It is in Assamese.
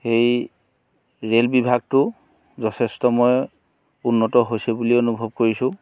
সেই ৰে'লবিভাগটো যথেষ্ট মই উন্নত হৈছে বুলিয়ে অনুভৱ কৰিছোঁ